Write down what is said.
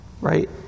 Right